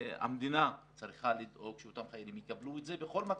המדינה צריכה לדאוג שאותם חיילים יקבלו את זה בכל מצב.